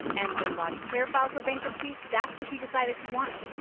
and when roddey player filed for bankruptcy, that's what he decided he wanted,